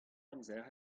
amzer